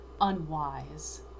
unwise